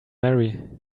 marry